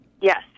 Yes